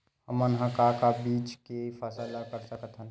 हमन ह का का बीज के फसल कर सकत हन?